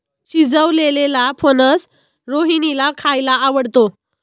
शिजवलेलेला फणस रोहिणीला खायला आवडतो